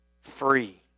Free